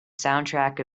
soundtrack